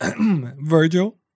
Virgil